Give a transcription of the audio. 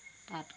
তাত